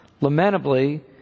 Lamentably